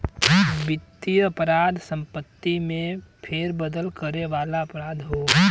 वित्तीय अपराध संपत्ति में फेरबदल करे वाला अपराध हौ